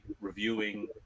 reviewing